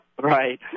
Right